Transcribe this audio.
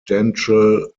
developments